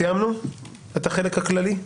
סיימנו את החלק הכללי?